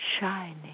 shining